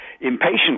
impatient